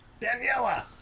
Daniela